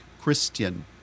Christian